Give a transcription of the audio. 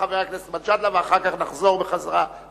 חבר הכנסת מג'אדלה, ואחר כך נחזור ל"אליאנס".